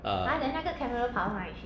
uh